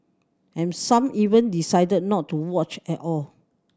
and some even decided not to watch at all